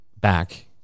back